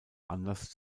anlass